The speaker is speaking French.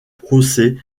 procès